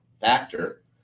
factor